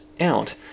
out